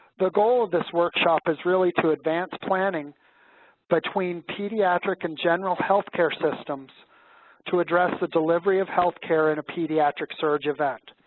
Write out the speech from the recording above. the goal of this workshop is really to advance planning between pediatric and general healthcare systems to address the delivery of healthcare in a pediatric surge event.